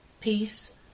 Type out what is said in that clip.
peace